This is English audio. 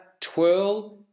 twirl